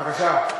בבקשה.